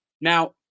Now